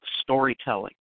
storytelling